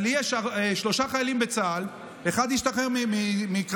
לי יש שלושה חיילים בצה"ל, אחד השתחרר מקרבי.